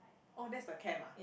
oh there's the camp ah